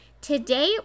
today